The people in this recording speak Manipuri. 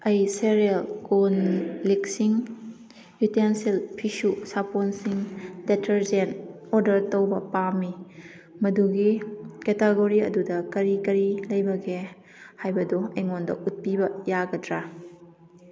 ꯑꯩ ꯁꯦꯔꯤꯌꯦꯜ ꯀꯣꯟ ꯂꯤꯛꯁꯤꯡ ꯌꯨꯇꯦꯟꯁꯤꯜ ꯐꯤꯁꯨ ꯁꯥꯄꯣꯟꯁꯤꯡ ꯗꯦꯇꯔꯖꯦꯟ ꯑꯣꯔꯗꯔ ꯇꯧꯕ ꯄꯥꯝꯃꯤ ꯃꯗꯨꯒꯤ ꯀꯦꯇꯥꯒꯣꯔꯤ ꯑꯗꯨꯗ ꯀꯔꯤ ꯀꯔꯤ ꯂꯩꯕꯒꯦ ꯍꯥꯏꯕꯗꯨ ꯑꯩꯉꯣꯟꯗ ꯎꯠꯄꯤꯕ ꯌꯥꯒꯗ꯭ꯔ